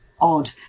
odd